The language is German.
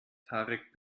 tarek